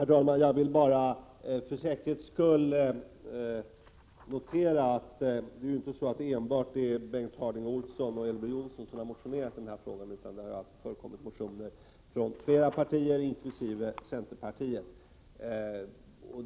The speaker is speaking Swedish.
Herr talman! Jag vill bara för säkerhets skull notera att det inte är bara Bengt Harding Olson och Elver Jonsson som har motionerat i denna fråga, utan det har förekommit motioner från flera partier inklusive centerpartiet.